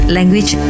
Language